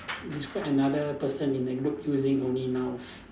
describe another person in the group using only nouns